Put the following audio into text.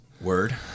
Word